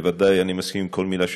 בוודאי אני מסכים עם כל מילה שאמרת,